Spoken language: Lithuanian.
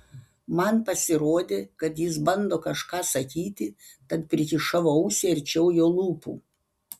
man pasirodė kad jis bando kažką sakyti tad prikišau ausį arčiau jo lūpų